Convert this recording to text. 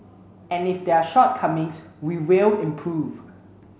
and if there are shortcomings we will improve